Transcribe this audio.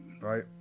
Right